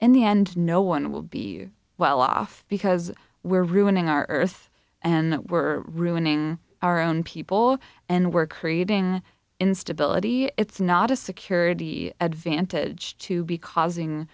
in the end no one will be well off because we're ruining our earth and we're ruining our own people and we're creating instability it's not a security advantage to be causing